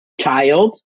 child